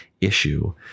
issue